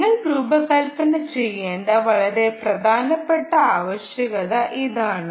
നിങ്ങൾ രൂപകൽപ്പന ചെയ്യേണ്ട വളരെ പ്രധാനപ്പെട്ട ആവശ്യകത ഇതാണ്